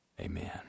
Amen